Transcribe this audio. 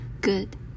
Good